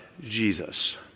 Jesus